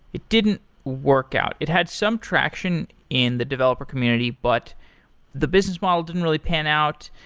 it didn't work out. it had some traction in the developer community, but the business model didn't really pan out.